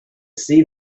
see